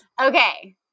Okay